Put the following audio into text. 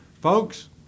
Folks